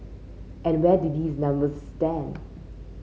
and where do these numbers stand